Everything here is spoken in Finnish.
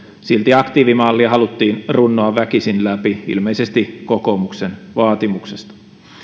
silti aktiivimalli haluttiin runnoa väkisin läpi ilmeisesti kokoomuksen vaatimuksesta